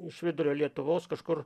iš vidurio lietuvos kažkur